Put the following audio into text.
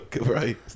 Right